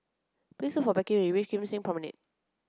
please for Becky when you reach Kim Seng Promenade